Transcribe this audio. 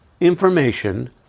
information